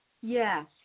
Yes